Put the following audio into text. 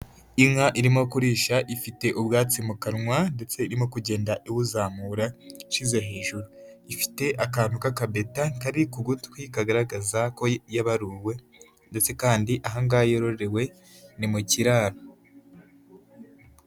Inka irimo kurisha ifite ubwatsi mu kanwa ndetse irimo kugenda iwuzamura ishyize hejuru, ifite akantu k'akabeta kari ku gutwi kagaragaza ko yabaruwe ndetse kandi aha ngaha yororewe ni mu kiraro.